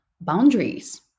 Boundaries